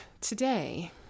today